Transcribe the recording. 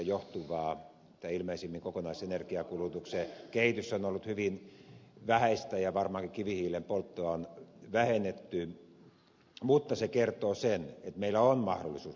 mitä ilmeisimmin kokonaisenergian kulutuksen kehitys on ollut hyvin vähäistä ja varmaankin kivihiilen polttoa on vähennetty mutta se kertoo sen että meillä on mahdollisuus muutoksiin